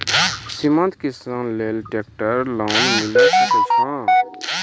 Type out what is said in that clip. सीमांत किसान लेल ट्रेक्टर लोन मिलै सकय छै?